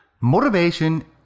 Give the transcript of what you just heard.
Motivation